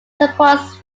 supports